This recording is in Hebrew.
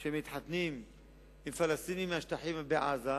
שמתחתנים עם פלסטינים מהשטחים ומעזה,